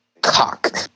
cock